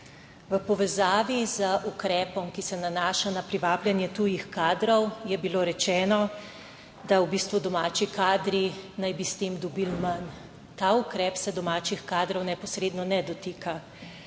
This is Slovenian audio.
V povezavi z ukrepom, ki se nanaša na privabljanje tujih kadrov, je bilo rečeno, da v bistvu domači kadri naj bi s tem dobili manj, ta ukrep se domačih kadrov neposredno ne dotika.